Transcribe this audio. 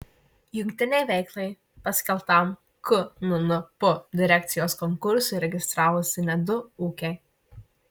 jungtinei veiklai paskelbtam knnp direkcijos konkursui registravosi net du ūkiai